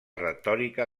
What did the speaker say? retòrica